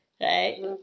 Right